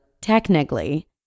technically